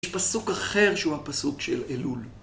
יש פסוק אחר שהוא הפסוק של אלול.